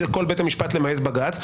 בכל בית משפט למעט בג"ץ.